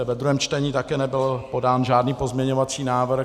Ve druhém čtení také nebyl podán žádný pozměňovací návrh.